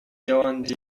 yaoundé